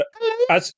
hello